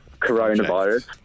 coronavirus